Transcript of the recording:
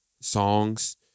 songs